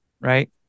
right